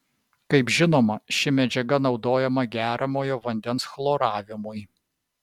kaip žinoma ši medžiaga naudojama geriamojo vandens chloravimui